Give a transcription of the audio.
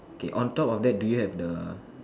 okay on top of that do you have the